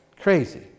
Crazy